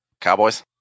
Cowboys